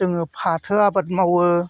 जोङो फाथो आबाद मावो